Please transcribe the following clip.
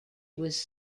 was